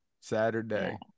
Saturday